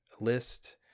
list